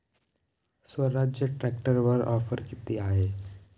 स्वराज्य ट्रॅक्टरवर ऑफर किती आहे?